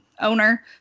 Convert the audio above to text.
owner